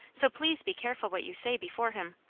so please be careful what you say before him.